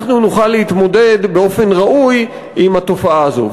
אנחנו נוכל להתמודד באופן ראוי עם התופעה הזאת.